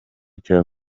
cya